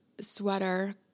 sweater